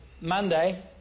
Monday